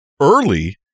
early